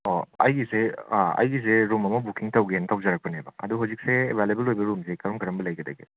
ꯑꯣ ꯑꯩꯒꯤꯁꯦ ꯑ ꯑꯩꯒꯤꯁꯦ ꯔꯨꯝ ꯑꯃ ꯕꯨꯀꯤꯡ ꯇꯧꯒꯦꯅ ꯇꯧꯖꯔꯛꯄꯅꯦꯕ ꯑꯗꯣ ꯍꯧꯖꯤꯛꯁꯦ ꯑꯦꯕꯥꯏꯂꯦꯕꯜ ꯑꯣꯏꯕ ꯔꯨꯝꯁꯦ ꯀꯔꯝ ꯀꯔꯝꯕ ꯂꯩꯒꯗꯒꯦ